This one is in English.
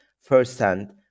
firsthand